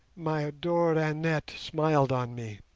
my adored annette, smiled on me.